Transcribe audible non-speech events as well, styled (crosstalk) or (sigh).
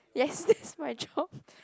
yes (laughs) that's my job